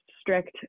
strict